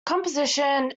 composition